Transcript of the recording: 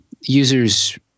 users